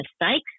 mistakes